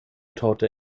torte